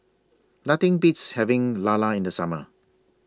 Nothing Beats having Lala in The Summer